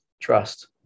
Trust